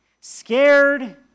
scared